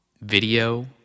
video